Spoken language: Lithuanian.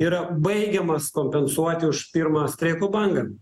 yra baigiamas kompensuoti už pirmą streiko bangą